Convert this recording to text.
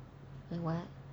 the what